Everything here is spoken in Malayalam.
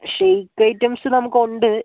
ഷേക്ക് ഐറ്റംസ് നമുക്കുണ്ട്